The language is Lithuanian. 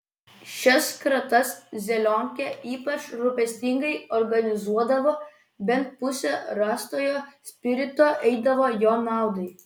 šias kratas zelionkė ypač rūpestingai organizuodavo bent pusė rastojo spirito eidavo jo naudai